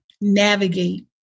navigate